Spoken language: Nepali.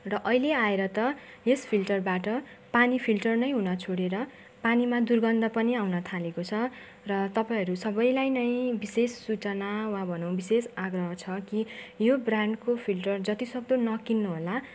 र अहिले आएर त यस फिल्टरबाट पानी फिल्टर नै हुन छोडेर पानीमा दुर्गन्ध पनि आउन थालेको छ र तपाईँहरू सबैलाई नै विशेष सूचना वा भनौँ विशेष आग्रह छ कि यो ब्रान्डको फिल्टर जति सक्दो नकिन्नू होला